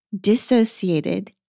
dissociated